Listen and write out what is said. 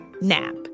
NAP